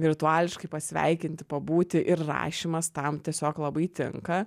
rituališkai pasveikinti pabūti ir rašymas tam tiesiog labai tinka